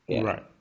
Right